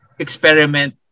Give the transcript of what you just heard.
experiment